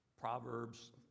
Proverbs